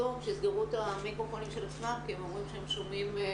אנחנו רואים אותך בתמונה אבל לא שומעים אותך.